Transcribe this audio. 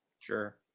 Sure